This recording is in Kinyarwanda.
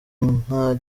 nta